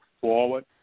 forward